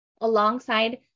Alongside